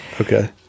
Okay